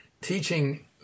teaching